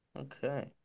Okay